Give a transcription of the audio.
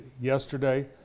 yesterday